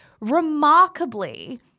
Remarkably